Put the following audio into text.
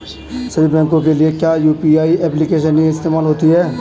सभी बैंकों के लिए क्या यू.पी.आई एप्लिकेशन ही इस्तेमाल होती है?